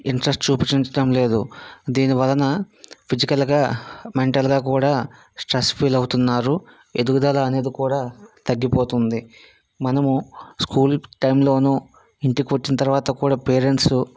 interest చూపించడం లేదు దీని వల్ల ఫిజికల్గా మెంటల్గా కూడా స్ట్రెస్ ఫీల్ అవుతున్నారు ఎదుగుదల అనేది కూడా తగ్గిపోతుంది మనము స్కూల్ టైంలో ఇంటికి వచ్చిన తర్వాత కూడా పేరెంట్స్